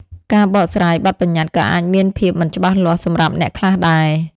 ការបកស្រាយបទប្បញ្ញត្តិក៏អាចមានភាពមិនច្បាស់លាស់សម្រាប់អ្នកខ្លះដែរ។